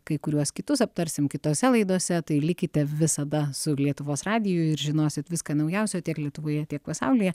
kai kuriuos kitus aptarsim kitose laidose tai likite visada su lietuvos radiju ir žinosit viską naujausio tiek lietuvoje tiek pasaulyje